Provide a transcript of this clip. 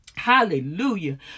Hallelujah